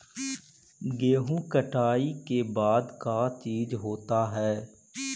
गेहूं कटाई के बाद का चीज होता है?